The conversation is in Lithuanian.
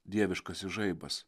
dieviškasis žaibas